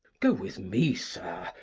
go with me. sir,